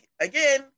again